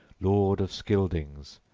lord of scyldings,